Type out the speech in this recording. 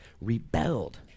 rebelled